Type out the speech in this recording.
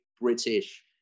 british